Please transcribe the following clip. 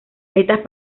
estas